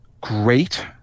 great